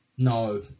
No